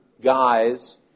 guys